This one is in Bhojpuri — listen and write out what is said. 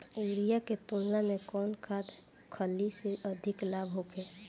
यूरिया के तुलना में कौन खाध खल्ली से अधिक लाभ होखे?